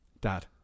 dad